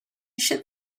should